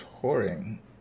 touring